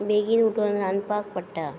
बेगीन उठून रांदपाक पडटा